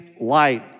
light